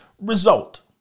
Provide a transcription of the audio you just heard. result